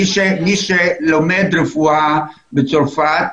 מי שלומד רפואה בצרפת,